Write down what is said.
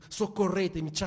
soccorretemi